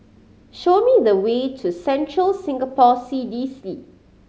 show me the way to Central Singapore C D C